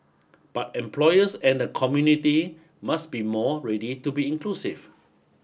but employers and the community must be more ready to be inclusive